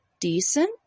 decent